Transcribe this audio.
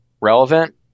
relevant